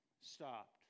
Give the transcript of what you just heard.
stopped